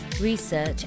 research